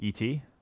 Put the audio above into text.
Et